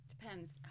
Depends